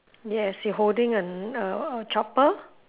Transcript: yes he holding an err a chopper